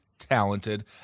talented